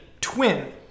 twin